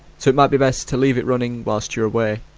so it might be best to leave it running whilst you're away.